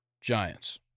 Giants